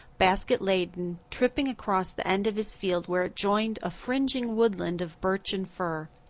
basket laden, tripping across the end of his field where it joined a fringing woodland of birch and fir.